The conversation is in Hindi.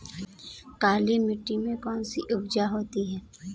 काली मिट्टी में कैसी उपज होती है?